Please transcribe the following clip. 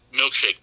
milkshake